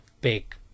big